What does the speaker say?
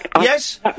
Yes